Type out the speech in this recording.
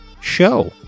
show